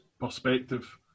perspective